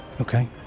Okay